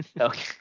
okay